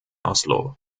oslo